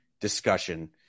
discussion